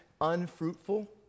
unfruitful